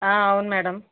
అవును మేడం